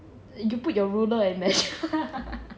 uh you put your ruler and measure lah